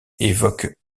évoque